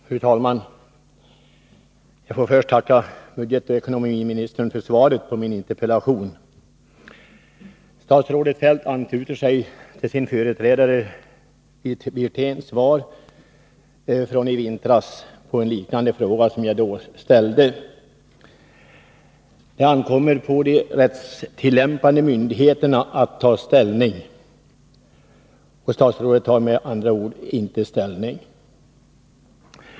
Fru talman! Jag vill först tacka ekonomioch budgetministern för svaret på min interpellation. Statsrådet Feldt ansluter sig till sin företrädare Wirténs svar på en liknande fråga som jag ställde i vintras. Det ankommer på de rättstillämpande myndigheterna att ta ställning. Statsrådet tar med andra ord inte ställning.